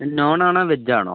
non ആണോ veg ആണോ